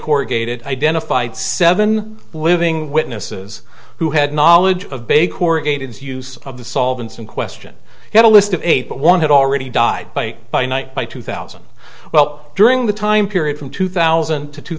corrugated identified seven living witnesses who had knowledge of big corrugated as use of the solvents in question had a list of eight but one had already died by by night by two thousand well during the time period from two thousand to two